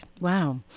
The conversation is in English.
Wow